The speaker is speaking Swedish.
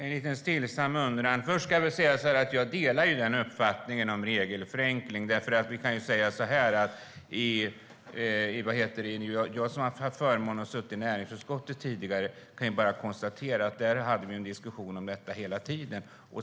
Herr talman! Jag har en stillsam liten undran. Till att börja med delar jag uppfattningen om regelförenkling. Jag som tidigare haft förmånen att sitta i näringsutskottet kan konstatera att vi hade en diskussion om det hela tiden.